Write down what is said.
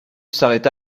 s’arrêta